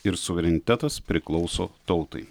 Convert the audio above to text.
ir suverenitetas priklauso tautai